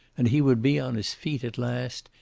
and he would be on his feet at last,